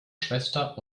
schwester